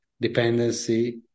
dependency